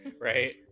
right